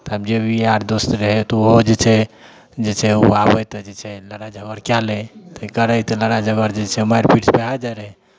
तब जे भी यार दोस्त रहै तऽ ओहो जे छै जे छै ओ आबैत रहै जे छै लड़ाइ झगड़ कए लै तऽ करय तऽ लड़ाइ झगड़ जे छै तऽ मारि पीट भए जाइत रहै